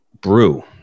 brew